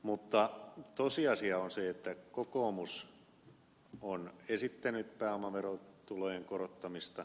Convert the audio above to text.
mutta tosiasia on se että kokoomus on esittänyt pääomaverotulojen korottamista